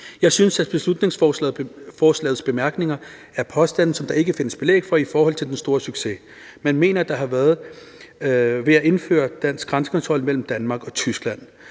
Jeg synes, at beslutningsforslagets bemærkninger er påstande, som der ikke findes belæg for i forhold til den store succes, man mener der har været ved at indføre dansk grænsekontrol mellem Danmark og Tyskland,